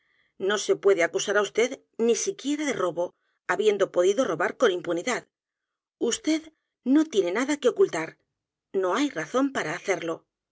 no se puede acusar á vd ni siquiera de robo habiendo p o dido robar con impunidad vd no tiene nada que ocult a r no hay razón de hacerlo